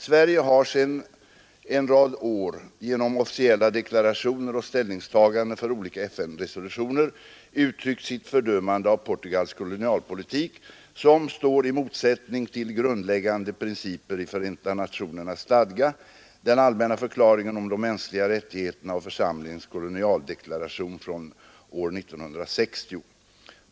Sverige har sedan en rad år genom officiella deklarationer och ställningstaganden för olika FN-resolutioner uttryckt sitt fördömande av Portugals kolonialpolitik, som står i motsättning till grundläggande principer i Förenta nationernas stadga, den allmänna förklaringen om de mänskliga rättigheterna och församlingens kolonialdeklaration från år 1960.